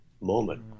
moment